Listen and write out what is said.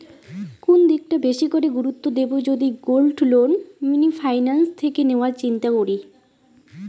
কোন দিকটা বেশি করে গুরুত্ব দেব যদি গোল্ড লোন মিনি ফাইন্যান্স থেকে নেওয়ার চিন্তা করি?